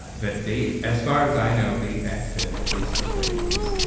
that date, as far as i know, date back to at least the fifty s.